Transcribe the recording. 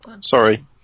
Sorry